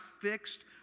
fixed